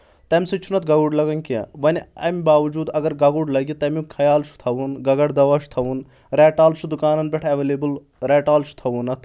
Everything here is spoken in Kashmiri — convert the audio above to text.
تَمہِ سۭتۍ چھُنہٕ اتھ گگُر لگان کینٛہہ وۄنۍ اَمہِ باوجوٗد اگر گگُر لگہِ تَمیُک خیال چھُ تھاوُن گگر دوہ چھُ تھاوُن ریٹال چھُ دُکانن پؠٹھ ایویلیبٕل ریٹال چھُ چھُ تھاوُن اَتھ